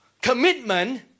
commitment